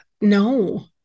no